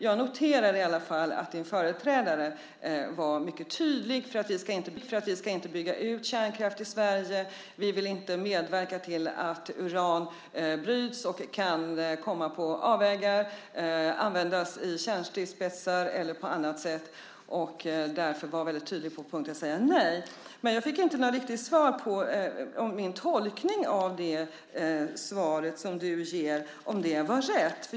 Jag noterar i alla fall att din företrädare var mycket tydlig med att vi inte ska bygga ut kärnkraften i Sverige och att vi inte vill medverka till att uran bryts och kan komma på avvägar och användas i kärnstridsspetsar eller på annat sätt. Därför var hon väldigt tydlig på punkten att säga nej. Jag fick inte något riktigt svar på om min tolkning av det svar som du ger var rätt.